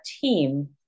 team